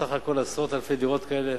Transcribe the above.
סך הכול עשרות אלפי דירות כאלה.